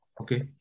okay